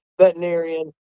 veterinarian